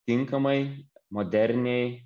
tinkamai moderniai